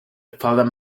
fallen